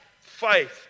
faith